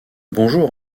bonjour